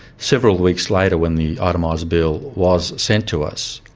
several weeks later, when the itemised bill was sent to us,